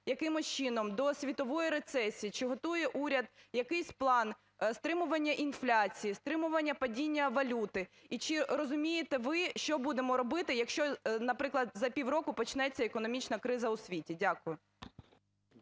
якимось чином до світової рецесії, чи готує уряд якийсь план стримування інфляції, стримування падіння валюти? І чи розумієте ви, що будемо робити, якщо, наприклад, за півроку почнеться економічна криза у світі? Дякую.